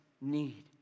need